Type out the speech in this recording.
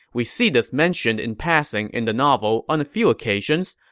we see this mentioned in passing in the novel on a few occasions,